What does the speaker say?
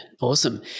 Awesome